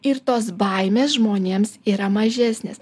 ir tos baimės žmonėms yra mažesnės